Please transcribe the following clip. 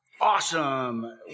Awesome